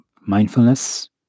mindfulness